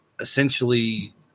essentially